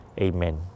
Amen